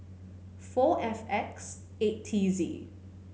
four F X eight T Z